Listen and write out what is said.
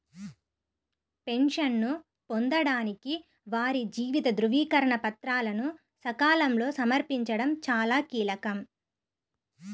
పెన్షన్ను పొందడానికి వారి జీవిత ధృవీకరణ పత్రాలను సకాలంలో సమర్పించడం చాలా కీలకం